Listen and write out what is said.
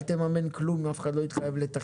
אל תממן כלום אם אף אחד לא התחייב לתחזק.